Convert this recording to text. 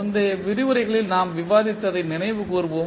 முந்தைய விரிவுரைகளில் நாம் விவாதித்ததை நினைவு கூர்வோம்